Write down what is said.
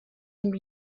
dem